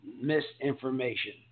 misinformation